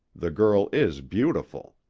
the girl is beautiful.